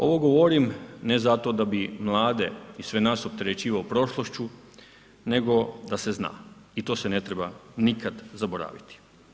Ovo govorim, ne zato da bi mlade i sve nas opterećivao prošlošću nego da se zna i to se ne treba nikada zaboraviti.